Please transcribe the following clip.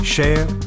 Share